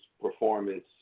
performance